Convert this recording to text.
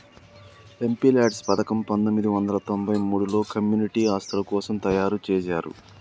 MPLADS పథకం పందొమ్మిది వందల తొంబై మూడులో కమ్యూనిటీ ఆస్తుల కోసం తయ్యారుజేశారు